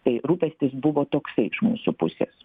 tai rūpestis buvo toksai iš mūsų pusės